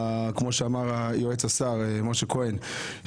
כמו שאמר יועץ השר משה כהן,